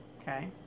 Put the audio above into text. okay